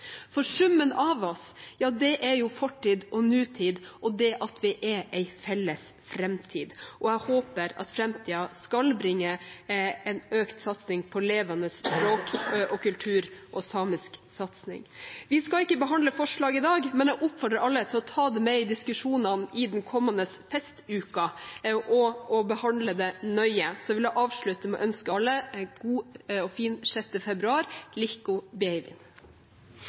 Summen av oss er fortid og nåtid og det at vi er en felles framtid, og jeg håper at framtiden skal bringe en økt satsing på levende språk og kultur – og samisk satsing. Vi skal ikke behandle forslag i dag, men jeg oppfordrer alle til å ta det med i diskusjonene i den kommende festuken og behandle det nøye. Så vil jeg avslutte med å ønske alle en god og fin 6. februar: